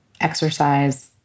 exercise